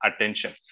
attention